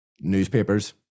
newspapers